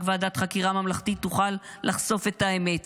רק ועדת חקירה ממלכתית תוכל לחשוף את האמת.